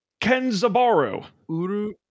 Kenzabaru